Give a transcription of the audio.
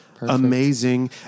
Amazing